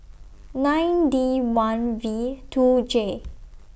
nine D one V two J